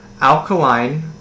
alkaline